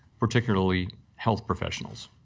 particularly health professionals.